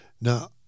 Now